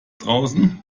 draußen